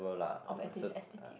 of atti~ aesthetic